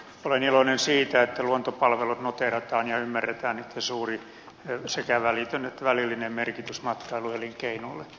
olen iloinen siitä että luontopalvelut noteerataan ja ymmärretään niitten suuri sekä välitön että välillinen merkitys matkailuelinkeinolle